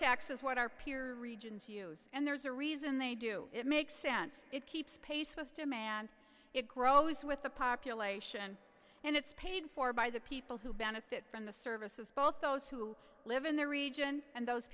tax is what our peer regions use and there's a reason they do it makes sense it keeps pace with demand it grows with the population and it's paid for by the people who benefit from the services both those who live in the region and those